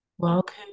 Welcome